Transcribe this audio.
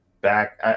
back